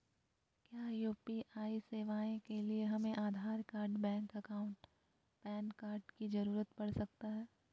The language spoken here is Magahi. क्या यू.पी.आई सेवाएं के लिए हमें Aadhaar card bank account PAN card की जरूरत पड़ सकता है?